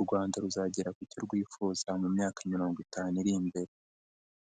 u Rwanda ruzagera ku cyo rwifuza mu myaka mirongo itanu iri imbere.